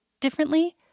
differently